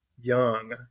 young